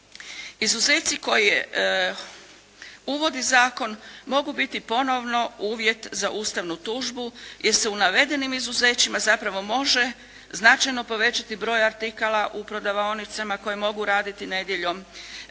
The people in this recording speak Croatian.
Izuzeci koje uvodi zakon mogu biti ponovno uvjet za ustavnu tužbu jer se u navedenim izuzećima zapravo može značajno povećati broj artikala u prodavaonicama koje mogu raditi nedjeljom